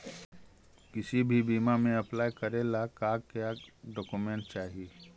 किसी भी बीमा में अप्लाई करे ला का क्या डॉक्यूमेंट चाही?